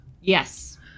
Yes